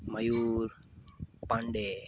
Mayur Pandey